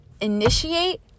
initiate